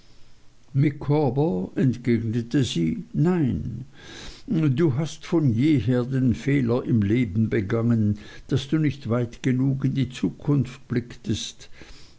micawber entgegnete sie nein du hast von jeher den fehler im leben begangen daß du nicht weit genug in die zukunft blicktest